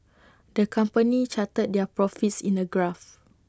the company charted their profits in A graph